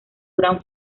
gran